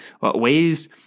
ways